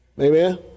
Amen